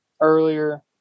earlier